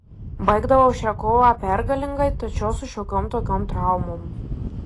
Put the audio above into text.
baigdavau šią kovą pergalingai tačiau su šiokiom tokiom traumom